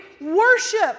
Worship